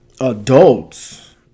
adults